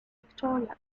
victoria